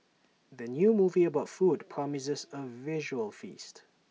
the new movie about food promises A visual feast